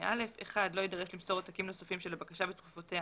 (א) לא יידרש למסור עותקים נוספים של הבקשה וצרופותיה